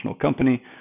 company